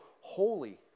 holy